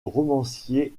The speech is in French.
romancier